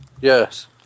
Yes